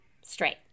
straight